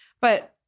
but-